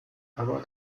aber